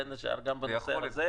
בין השאר גם בנושא הזה.